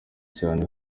cyane